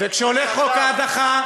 זה שקר וכזב.